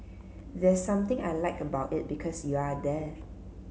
there's something I like about it because you're there